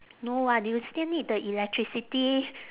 no [what] you will still need the electricity